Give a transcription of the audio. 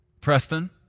Preston